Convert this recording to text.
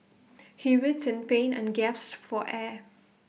he writhed in pain and gasped for air